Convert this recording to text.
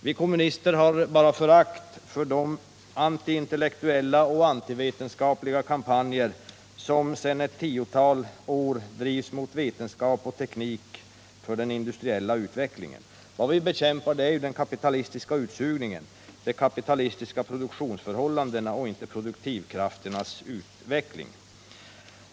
Vi kommunister har bara förakt för de antiintellektuella och antivetenskapliga kampanjer, som sedan ett tiotal år drivs mot vetenskap och teknik för den industriella utvecklingen. Vi bekämpar den kapitalistiska utsugningen, de kapitalistiska produktionsförhållandena och inte produktionskrafternas utveckling.